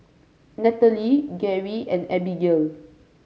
Nathaly Geri and Abigayle